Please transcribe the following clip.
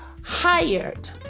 hired